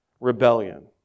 rebellion